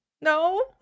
no